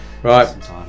right